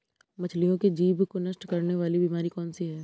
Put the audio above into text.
मछलियों के जीभ को नष्ट करने वाली बीमारी कौन सी है?